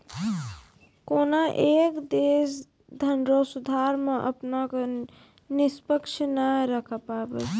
कोनय एक देश धनरो सुधार मे अपना क निष्पक्ष नाय राखै पाबै